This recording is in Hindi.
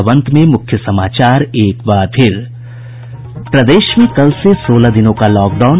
और अब अंत में मुख्य समाचार एक बार फिर प्रदेश में कल से सोलह दिनों का लॉकडाउन